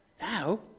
Now